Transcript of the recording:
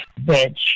bitch